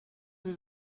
sie